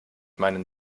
meinen